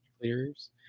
clearers